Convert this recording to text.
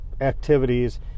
activities